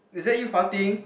is that you farting